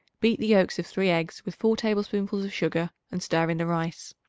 beat the yolks of three eggs with four tablespoonfuls of sugar and stir in the rice.